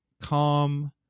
calm